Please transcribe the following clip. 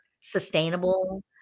sustainable